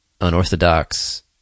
unorthodox